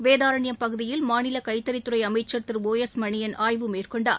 வேதாரண்யம் பகுதியில் மாநில கைத்தறித் துறை அமைச்சர் திரு ஒ எஸ் மணியள் ஆய்வு மேற்கொண்டார்